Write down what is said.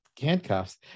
handcuffs